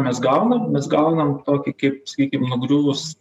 mes gaunam mes gaunam tokį kaip sakykim nugriuvus